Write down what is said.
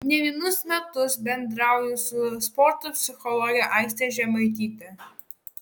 ne vienus metus bendrauju su sporto psichologe aiste žemaityte